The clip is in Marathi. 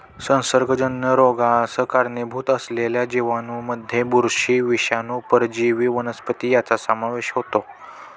संसर्गजन्य रोगास कारणीभूत असलेल्या जीवांमध्ये बुरशी, विषाणू, परजीवी वनस्पती यांचा समावेश होतो